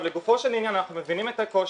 לגופו של עניין אנחנו מבינים את הקושי.